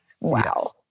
Wow